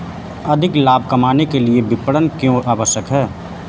अधिक लाभ कमाने के लिए विपणन क्यो आवश्यक है?